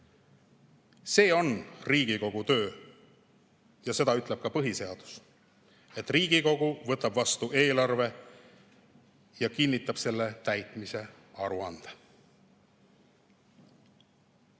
See on Riigikogu töö. Ja seda ütleb ka põhiseadus, et Riigikogu võtab vastu eelarve ja kinnitab selle täitmise aruande.